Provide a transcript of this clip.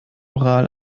oral